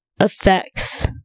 effects